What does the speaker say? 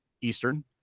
Eastern